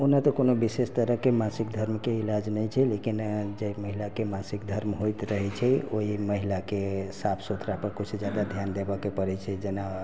ओना तऽ कोनो विशेष तरहके मासिक धर्मके इलाज नहि छै लेकिन जे महिलाके मासिक धर्म होइत रहैत छै ओहि महिलाके साफ सुथरा पर किछु जादा ध्यान देबऽके पड़ैत छै जेना